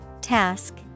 Task